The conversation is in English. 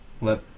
Let